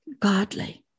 godly